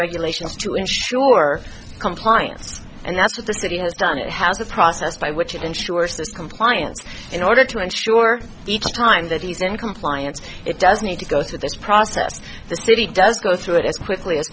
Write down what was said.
regulations to ensure compliance and that's what the city has done it has a process by which it ensures this compliance in order to ensure each time that he's in compliance it does need to go through this process the city does go through it as quickly as